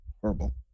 horrible